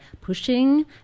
pushing